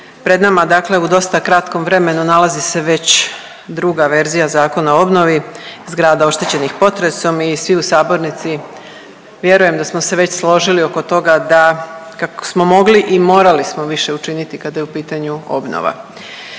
Pred nama dakle u dosta kratkom vremenu nalazi se već druga verzija Zakona o obnovi zgrada oštećenih potresom i svi u sabornici vjerujem da smo se već složili oko toga da kako smo mogli i morali smo više učiniti kada je u pitanju obnova.